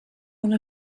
one